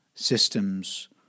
systems